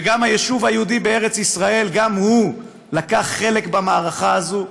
והיישוב היהודי בארץ ישראל גם הוא לקח חלק במערכה הזאת.